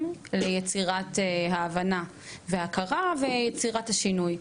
ליצירת ההבנה וההכרה ויצירת השינוי.